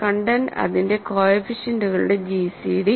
content അതിന്റെ കോഎഫിഷ്യന്റ്കളുടെ gcd ആണ്